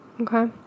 Okay